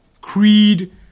creed